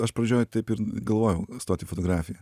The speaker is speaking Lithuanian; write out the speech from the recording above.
aš pradžioj taip ir galvojau stot į fotografiją